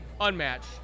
unmatched